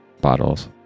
bottles